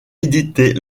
éditées